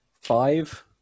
Five